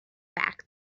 back